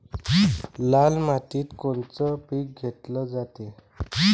लाल मातीत कोनचं पीक घेतलं जाते?